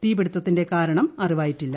തീപിടുത്തത്തിന്റെ കാരണം അറിവായിട്ടില്ല